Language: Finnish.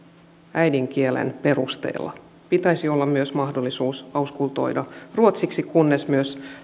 äidinkielen perusteella pitäisi olla mahdollisuus auskultoida myös ruotsiksi kunnes myös